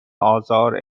آزار